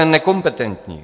Nekompetentní.